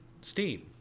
steam